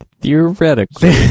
Theoretically